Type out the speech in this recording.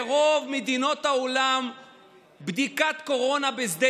ברוב מדינות העולם בדיקת קורונה בשדה